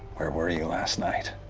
where were you last night?